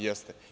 Jeste.